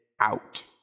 out